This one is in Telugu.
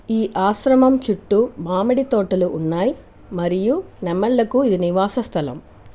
ఈ ఆశ్రమం చుట్టూ మామిడి తోటలు ఉన్నాయి మరియు నెమళ్లకు ఇది నివాస స్థలం